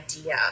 idea